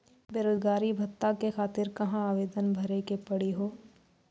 बेरोजगारी भत्ता के खातिर कहां आवेदन भरे के पड़ी हो?